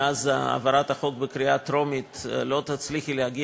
מהעברת החוק בקריאה טרומית לא תצליחי להגיע